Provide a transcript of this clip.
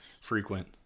frequent